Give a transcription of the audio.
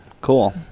Cool